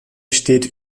steht